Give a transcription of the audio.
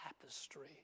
tapestry